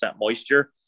moisture